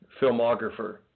filmographer